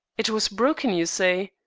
it was broken, you say?